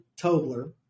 Tobler